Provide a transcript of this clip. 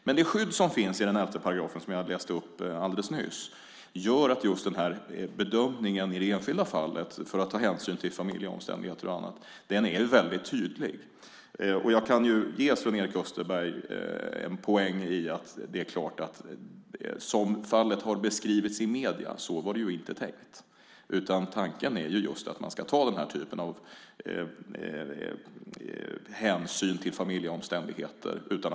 Men det skydd som finns i den elfte paragrafen som jag läste upp alldeles nyss är tydligt - man kan i det enskilda fallet göra bedömningar för att ta hänsyn till familjeomständigheter och annat. Jag kan ge Sven-Erik Österberg en poäng i att det inte var tänkt att fungera så som fallet har beskrivits i medierna. Tanken är ju just att man ska ta hänsyn till familjeomständigheter av den här typen.